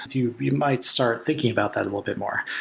you you might start thinking about that a little bit more.